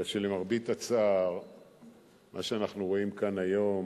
אלא שלמרבה הצער מה שאנחנו רואים כאן היום,